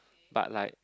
but like